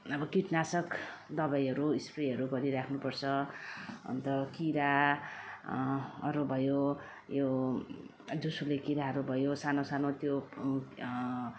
अब किटनाशक दबाईहरू स्प्रेहरू गरिराख्नु पर्छ अन्त किरा हरू भयो यो झुसुले किराहरू भयो सानो सानो त्यो ऊ